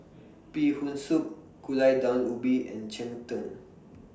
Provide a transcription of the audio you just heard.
Bee Hoon Soup Gulai Daun Ubi and Cheng Tng